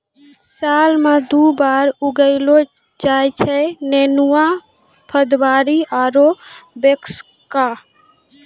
साल मॅ दु बार उगैलो जाय छै नेनुआ, भदबारी आरो बैसक्खा